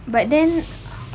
but then